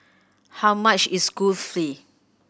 how much is Kulfi